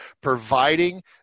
providing